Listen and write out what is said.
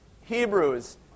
Hebrews